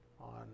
on